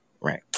Right